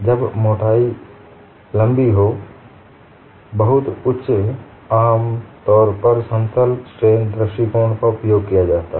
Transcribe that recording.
जब मोटाई लंबी हो बहुत उच्च आमतौर पर समतल स्ट्रेन दृष्टिकोण का उपयोग किया जाता है